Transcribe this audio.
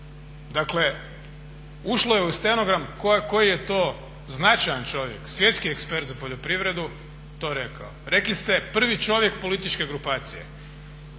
Dakle ušlo je u stenogram koji je to značajan čovjek, svjetski ekspert za poljoprivredu to rekao. Rekli ste prvi čovjek političke grupacije.